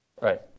Right